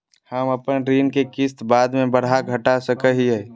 हम अपन ऋण के किस्त बाद में बढ़ा घटा सकई हियइ?